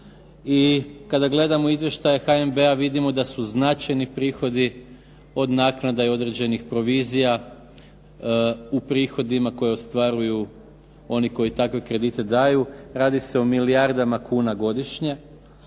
i kada gledamo izvještaj HNB-a vidimo da su značajni prihodi od naknada i određenih provizija u prihodima koje ostvaruju oni koji takve kredite daju. Radi se o milijardama kuna godišnje.